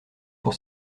pour